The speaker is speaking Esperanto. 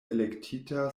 elektita